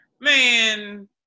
Man